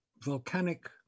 volcanic